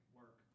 work